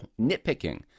nitpicking